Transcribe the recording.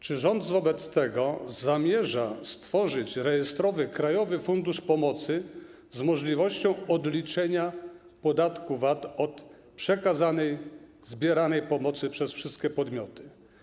Czy rząd wobec tego zamierza stworzyć rejestrowy krajowy fundusz pomocy z możliwością odliczenia podatku VAT od przekazanej zbieranej pomocy przez wszystkie podmioty?